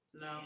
no